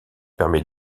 permet